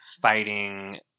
fighting